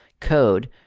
code